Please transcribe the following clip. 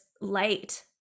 light